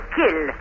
kill